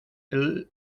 elles